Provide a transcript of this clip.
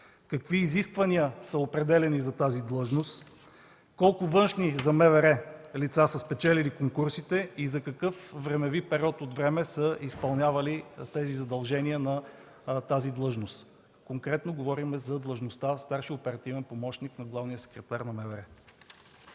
Какви изисквания са определяни за тази длъжност? Колко външни за МВР лица са спечелили конкурсите и за какъв период от време са изпълнявали задълженията на тази длъжност – конкретно говорим за длъжността „старши оперативен помощник” на главния секретар на МВР?